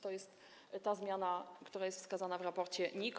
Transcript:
To jest ta zmiana, która jest wskazana w raporcie NIK.